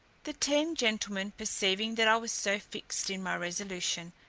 the ten gentlemen perceiving that i was so fixed in my resolution,